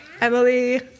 Emily